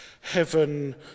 heaven